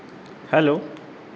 hello